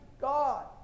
God